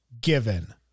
given